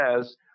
says